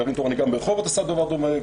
גרעין תורני גם ברחובות עשה דבר דומה,